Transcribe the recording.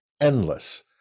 endless